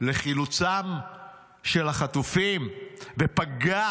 לחילוצם של החטופים ופגע